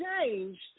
changed